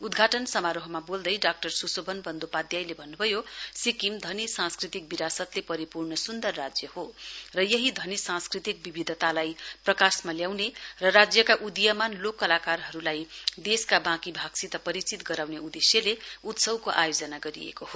उद्घाटन समारोहमा बोल्दै डा स्शोभन बन्धोपाध्यात्यले भन्न्भयो सिक्किम धनी सांस्कृतिक विरासतले परिपूर्ण सुन्दर राज्य हो र यही धनी सांस्कृतिक विविधतालाई प्रकाशमा ल्याउने र राज्यका उदीयमान लोक कलाकारहरुलाई देशका बाँकी भागसित परिचित गराउने उदेश्यले उत्सवको आयोजना गरिएको हो